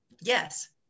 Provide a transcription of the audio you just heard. Yes